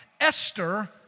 Esther